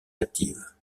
active